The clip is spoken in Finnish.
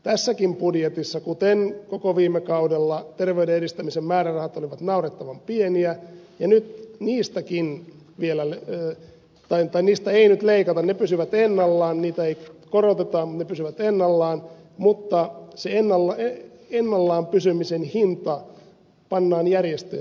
tässäkin budjetissa kuten koko viime kaudella terveyden edistämisen määrärahat olivat naurettavan pieniä niistä ei nyt leikata ne pysyvät ennallaan niitä ei koroteta mutta se ennallaan pysymisen hinta pannaan järjestöjen maksettavaksi